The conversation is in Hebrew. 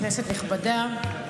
כנסת נכבדה,